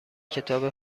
کتاب